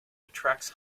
attracts